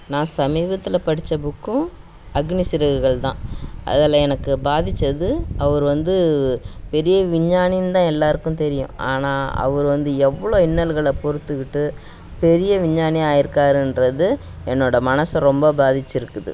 நான் சமீபத்தில் படித்த புக்கும் அக்னி சிறகுகள் தான் அதில் எனக்கு பாதித்தது அவர் வந்து பெரிய விஞ்ஞானின் தான் எல்லாருக்கும் தெரியும் ஆனால் அவர் வந்து எவ்வளோ இன்னல்களை பொறுத்துக்கிட்டு பெரிய விஞ்ஞானியாக ஆயிருக்காருன்றது என்னோட மனசை ரொம்ப பாதிச்சுருக்குது